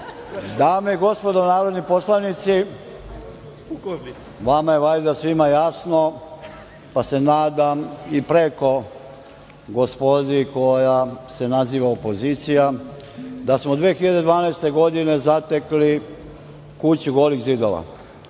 i gospodo narodni poslanici, vama je valjda svima jasno, pa se nadam i preko gospodi koja se naziva opozicija, da smo 2012. godine zatekli kuću golih zidova,